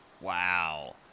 Wow